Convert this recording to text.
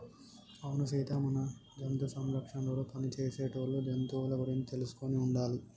అవును సీత మన జంతు సంరక్షణలో పని చేసేటోళ్ళు జంతువుల గురించి తెలుసుకొని ఉండాలి